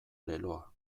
leloa